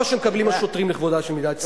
שמקבלים השוטרים לכבודה של מדינת ישראל.